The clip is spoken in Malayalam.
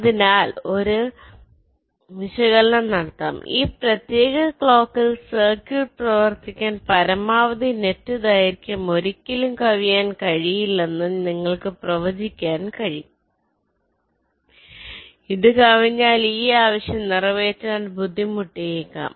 അതിനാൽ ഒരു വിശകലനം നടത്താം ഈ പ്രത്യേക ക്ലോക്കിൽ സർക്യൂട്ട് പ്രവർത്തിക്കാൻ പരമാവധി നെറ്റ് ദൈർഘ്യം ഒരിക്കലും കവിയാൻ കഴിയില്ലെന്ന് നിങ്ങൾക്ക് പ്രവചിക്കാൻ കഴിയും ഇത് കവിഞ്ഞാൽ ഈ ആവശ്യം നിറവേറ്റാൻ ബുദ്ധിമുട്ടായേക്കാം